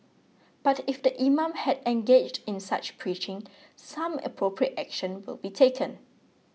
but if the imam had engaged in such preaching some appropriate action will be taken